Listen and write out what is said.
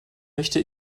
möchte